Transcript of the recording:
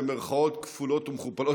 במירכאות כפולות ומכופלות,